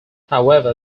however